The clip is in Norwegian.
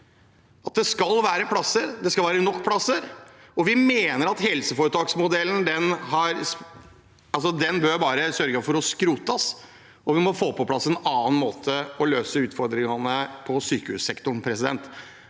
det skal være nok plasser. Vi mener at helseforetaksmodellen bare bør skrotes, og at vi må få på plass en annen måte å løse utfordringene i sykehussektoren på.